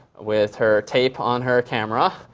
with her tape on her camera.